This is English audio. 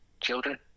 children